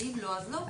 ואם לא, אז לא.